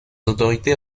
autorités